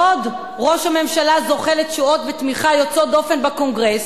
בעוד ראש הממשלה זוכה לתשואות ותמיכה יוצאות דופן בקונגרס,